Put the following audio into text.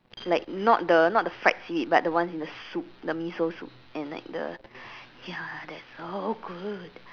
like not the not the fried seaweed but the ones in the soup the miso soup and like the ya that's so good